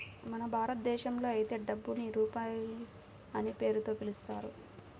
మన భారతదేశంలో అయితే డబ్బుని రూపాయి అనే పేరుతో పిలుస్తారు